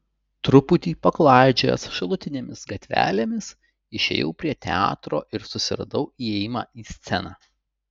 truputį paklaidžiojęs šalutinėmis gatvelėmis išėjau prie teatro ir susiradau įėjimą į sceną